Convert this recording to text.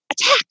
attack